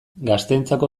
gazteentzako